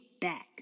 back